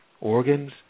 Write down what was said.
organs